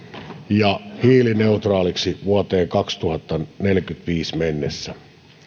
ja hiilineutraaliksi vuoteen kaksituhattaneljäkymmentäviisi mennessä